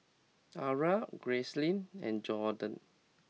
Ara Gracelyn and Jaydon